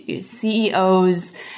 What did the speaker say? CEOs